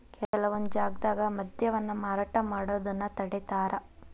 ಕೆಲವೊಂದ್ ಜಾಗ್ದಾಗ ಮದ್ಯವನ್ನ ಮಾರಾಟ ಮಾಡೋದನ್ನ ತಡೇತಾರ